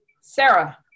Sarah